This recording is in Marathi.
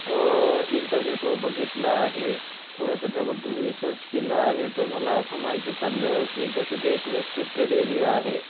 इंटरनेटवर बघितलं आहे थोडं त्याच्याबद्दल रिसर्च केला आहे तर मला असं माहिती चाललं की कसे ते एक रिस्ट्रिक्टेड एरिया आहे